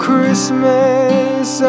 Christmas